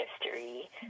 history